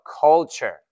culture